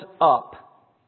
up